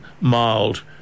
mild